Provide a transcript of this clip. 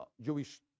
Jewish